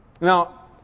Now